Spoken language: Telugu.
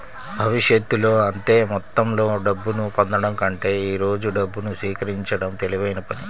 భవిష్యత్తులో అంతే మొత్తంలో డబ్బును పొందడం కంటే ఈ రోజు డబ్బును స్వీకరించడం తెలివైన పని